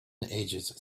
ages